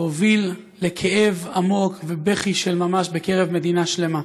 והוביל לכאב עמוק ובכי של ממש בקרב מדינה שלמה.